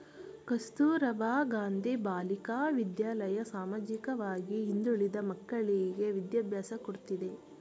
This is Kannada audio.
ಕಸ್ತೂರಬಾ ಗಾಂಧಿ ಬಾಲಿಕಾ ವಿದ್ಯಾಲಯ ಸಾಮಾಜಿಕವಾಗಿ ಹಿಂದುಳಿದ ಮಕ್ಕಳ್ಳಿಗೆ ವಿದ್ಯಾಭ್ಯಾಸ ಕೊಡ್ತಿದೆ